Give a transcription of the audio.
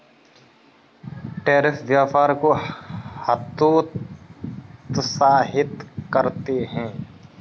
tariff व्यापार को हतोत्साहित करते हैं